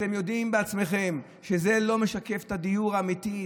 אתם יודעים בעצמכם שזה לא משקף את הדיור האמיתי,